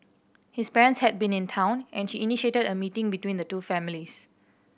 his parents had been in town and she initiated a meeting between the two families